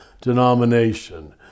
denomination